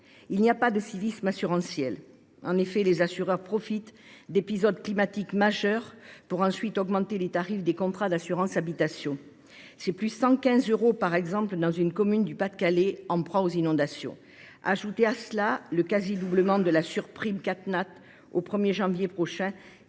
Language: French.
Il n’existe pas de civisme assurantiel. En effet, les assureurs profitent d’épisodes climatiques majeurs pour augmenter les tarifs des contrats d’assurance habitation, soit 115 euros supplémentaires dans une commune du Pas de Calais en proie aux inondations. Ajoutez à cela le quasi doublement de la surprime CatNat au 1 janvier prochain,